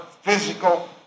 physical